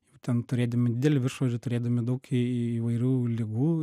jau ten turėdami didelį viršsvorį turėdami daug į įvairių ligų